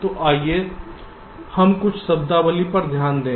तो आइए हम कुछ शब्दावली पर ध्यान दें